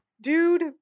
Dude